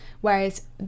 Whereas